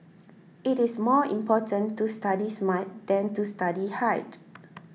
it is more important to study smart than to study hard